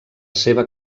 seva